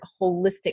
holistic